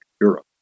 Europe